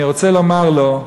אני רוצה לומר לו,